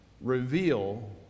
reveal